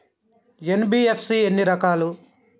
NBFC ఎన్ని రకాలు?